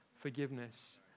forgiveness